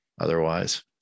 otherwise